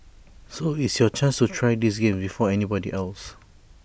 so it's your chance to try these games before anybody else